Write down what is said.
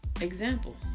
Example